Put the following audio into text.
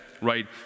right